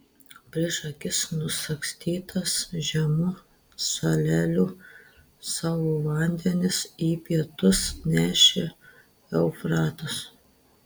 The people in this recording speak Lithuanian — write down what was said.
prieš akis nusagstytas žemų salelių savo vandenis į pietus nešė eufratas